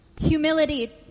Humility